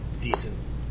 decent